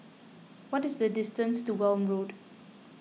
what is the distance to Welm Road